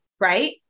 right